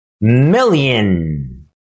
million